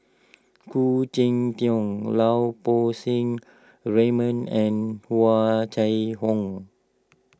Khoo Cheng Tiong Lau Poo Seng Raymond and Hua Chai Hong